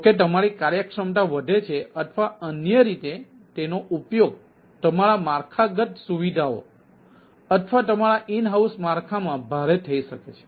જો કે તમારી કાર્યક્ષમતા વધે છે અથવા અન્ય રીતે તેનો ઉપયોગ તમારા માળખાગત સુવિધાઓ અથવા તમારા ઈન હાઉસ માળખામાં ભારે થઈ શકે છે